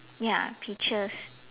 ya pictures